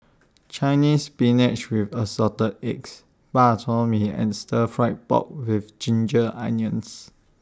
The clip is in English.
Chinese Spinach with Assorted Eggs Bak Chor Mee and Stir Fry Pork with Ginger Onions